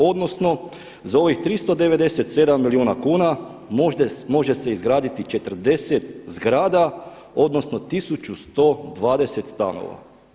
Odnosno, za ovih 397 milijuna kuna može se izgraditi 40 zgrada odnosno 1120 stanova.